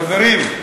חברים,